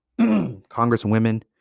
Congresswomen